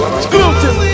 exclusive